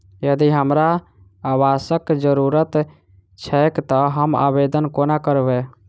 यदि हमरा आवासक जरुरत छैक तऽ हम आवेदन कोना करबै?